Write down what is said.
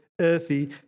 earthy